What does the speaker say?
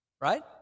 Right